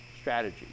strategy